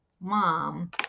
Mom